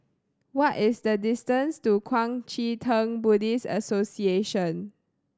what is the distance to Kuang Chee Tng Buddhist Association